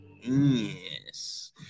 yes